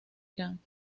irán